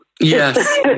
yes